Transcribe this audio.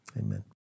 amen